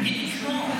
תגיד את שמו.